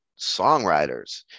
songwriters